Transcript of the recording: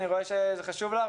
אני רואה שזה חשוב לך,